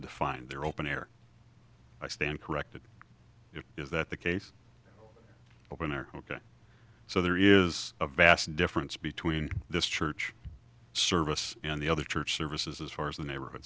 defined there are open air i stand corrected it is that the case opener ok so there is a vast difference between this church service and the other church services as far as the neighborhood